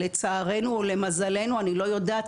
לצערנו או למזלנו אני לא יודעת,